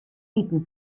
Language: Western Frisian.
iten